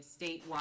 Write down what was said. statewide